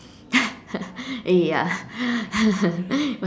ya